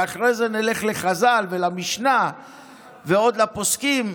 ואחרי זה נלך לחז"ל ולמשנה ועוד לפוסקים.